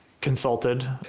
consulted